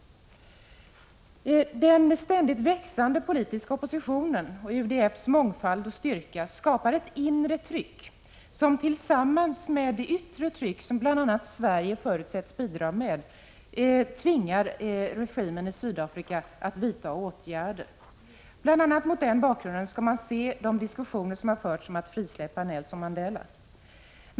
Den ständigt växande politiska oppositionen och UDF:s mångfald och styrka skapar ett inre tryck, som tillsammans med det yttre tryck som bl.a. Sverige förutsätts bidra med, tvingar regimen i Sydafrika att vidta åtgärder. Bl. a. mot den bakgrunden skall man se de diskussioner som har förts om att frisläppa Nelson Mandela.